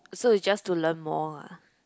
so is just to learn more ah